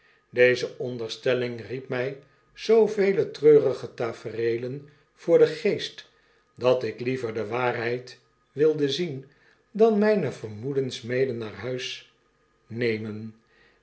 deze onderstelling riepmy zoovele treurige tafereelen voor den geest dat ik liever de waarheid wiide zien dan myne vermoedens mede naar huis nemen